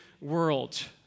world